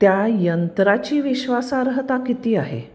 त्या यंत्राची विश्वासार्हता किती आहे